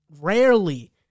rarely